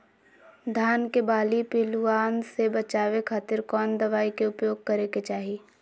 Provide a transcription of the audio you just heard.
धान के बाली पिल्लूआन से बचावे खातिर कौन दवाई के उपयोग करे के चाही?